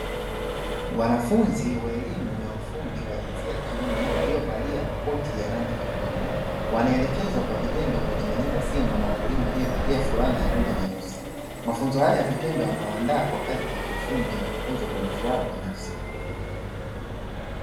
Wanafunzi wa elimu ya ufundi wa jinsia ya kiume waliovalia makoti ya rangi nyekundu wanaelekezwa kwa vitendo kutengeneza simu na mwalimu aliyevaa fulana ya rangi nyeusi, mafunzo haya yanawaandaa kwa kazi za kiufundi na kukuza ubunifu wao binafsi.